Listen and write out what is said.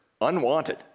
unwanted